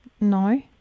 No